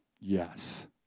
yes